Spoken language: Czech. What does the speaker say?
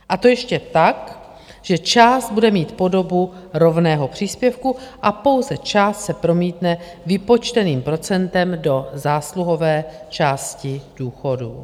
A to ještě tak, že část bude mít podobu rovného příspěvku a pouze část se promítne vypočteným procentem do zásluhové části důchodů.